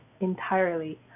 entirely